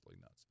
nuts